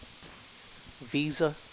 Visa